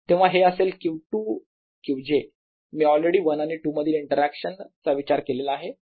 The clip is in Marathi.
तेव्हा हे असेल Q2 Q j मी ऑलरेडी 1 आणि 2 मधील इंटरॅक्शन चा विचार केलेला आहे